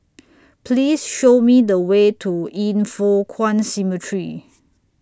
Please Show Me The Way to Yin Foh Kuan Cemetery